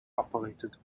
operated